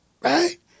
Right